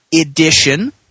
edition